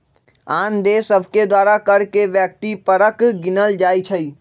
आन देश सभके द्वारा कर के व्यक्ति परक गिनल जाइ छइ